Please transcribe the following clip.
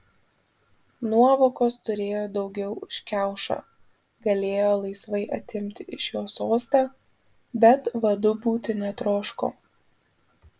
nuovokos turėjo daugiau už kiaušą galėjo laisvai atimti iš jo sostą bet vadu būti netroško